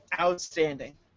outstanding